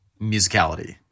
musicality